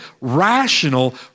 rational